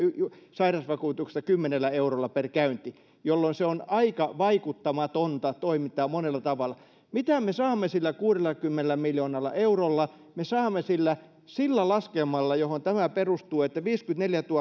sairausvakuutuksesta kymmenellä eurolla per käynti jolloin se on aika vaikuttamatonta toimintaa monella tavalla mitä me me saamme sillä kuudellakymmenellä miljoonalla eurolla me saamme sillä sillä laskelmalla johon tämä perustuu sillä että viisikymmentäneljätuhatta